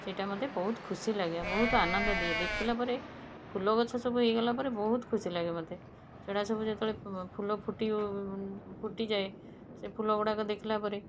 ସେଇଟା ମୋତେ ବହୁତ ଖୁସି ଲାଗେ ବହୁତ ଆନନ୍ଦ ଦିଏ ଦେଖିଲା ପରେ ଫୁଲ ଗଛ ସବୁ ହେଇଗଲା ପରେ ବହୁତ ଖୁସି ଲାଗେ ମୋତେ ସେଗୁଡ଼ା ସବୁ ଯେତେବେଳେ ଫୁଲ ଫୁଟିବ ଫୁଟିଯାଏ ସେ ଫୁଲ ଗୁଡ଼ାକ ଦେଖିଲା ପରେ